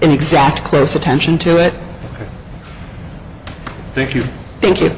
any exact close attention to it thank you thank you